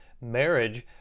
Marriage